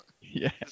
Yes